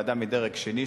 ועדה מדרג שני,